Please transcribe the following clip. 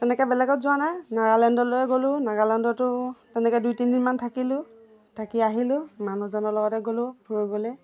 তেনেকৈ বেলেগত যোৱা নাই নাগালেণ্ডলৈ গ'লোঁ নাগালেণ্ডতো তেনেকৈ দুই তিনিদিনমান থাকিলোঁ থাকি আহিলোঁ মানুহজনৰ লগতে গ'লোঁ ফুৰিবলৈ